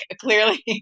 clearly